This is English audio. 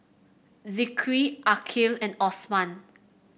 Zikri Aqil and Osman